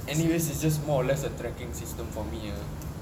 anyways you just more or less a tracking system for me ah